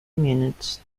minutes